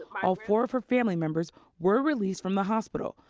all four of her family members were released from the hospital.